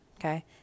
Okay